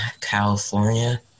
California